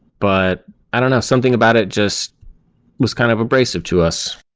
but i don't know. something about it just was kind of abrasive to us.